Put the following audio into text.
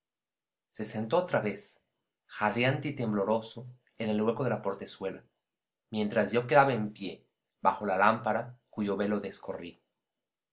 se sentó otra vez jadeante y tembloroso en el hueco de la portezuela mientras yo quedaba en pie bajo la lámpara cuyo velo